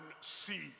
see